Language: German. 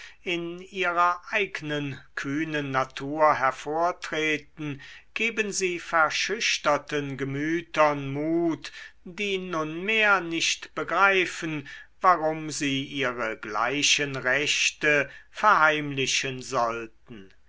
in ihrer eignen kühnen natur hervortreten geben sie verschüchterten gemütern mut die nunmehr nicht begreifen warum sie ihre gleichen rechte verheimlichen sollten